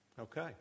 Okay